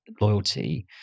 loyalty